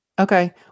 Okay